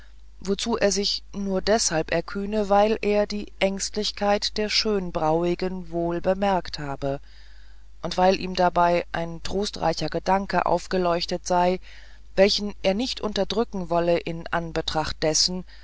wozu er sich nur deshalb erkühne weil er die ängstlichkeit der schönbrauigen wohl bemerkt habe und weil ihm dabei ein trostreicher gedanke aufgeleuchtet sei welchen er nicht unterdrücken wolle in anbetracht dessen